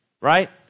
right